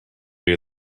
you